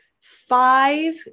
five